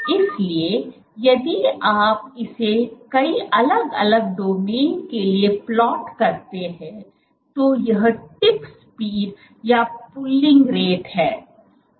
इसलिए यदि आप इसे कई अलग अलग डोमेन के लिए प्लॉट करते हैं तो यह टिप स्पीड या पुलिंग रेट है